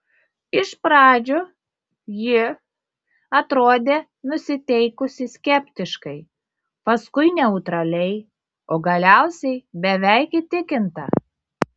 iš pradžių ji atrodė nusiteikusi skeptiškai paskui neutraliai o galiausiai beveik įtikinta